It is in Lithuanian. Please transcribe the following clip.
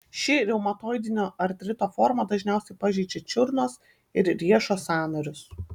ši reumatoidinio artrito forma dažniausiai pažeidžia čiurnos ir riešo sąnarius